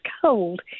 cold